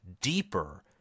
deeper